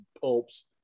pulps